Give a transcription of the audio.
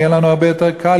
יהיה לנו הרבה יותר קל,